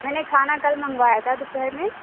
میں نے کھانا کل منگوایا تھا دوپہر میں